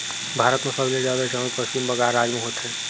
भारत म सबले जादा चाँउर पस्चिम बंगाल राज म होथे